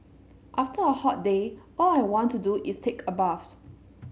after a hot day all I want to do is take a bath